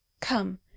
Come